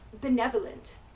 benevolent